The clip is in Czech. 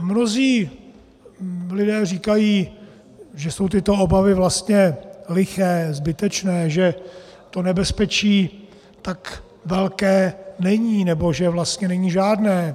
Mnozí lidé říkají, že jsou tyto obavy vlastně liché, zbytečné, že to nebezpečí tak velké není nebo že vlastně není žádné.